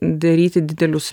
daryti didelius